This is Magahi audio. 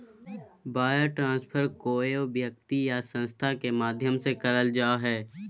वायर ट्रांस्फर कोय व्यक्ति या संस्था के माध्यम से करल जा हय